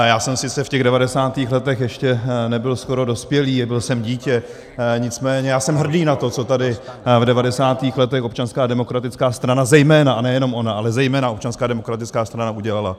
Já jsem sice v těch 90. letech nebyl skoro dospělý, byl jsem dítě, nicméně já jsem hrdý na to, co tady v 90. letech Občanská demokratická strana zejména, ale nejenom ona, ale zejména Občanská demokratická strana udělala.